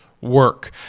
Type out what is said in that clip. work